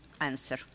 answer